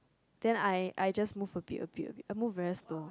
then I I just move a bit a bit a bit I move very slow